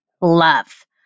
love